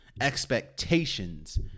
expectations